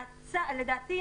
לדעתי,